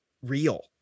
real